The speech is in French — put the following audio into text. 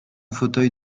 fauteuil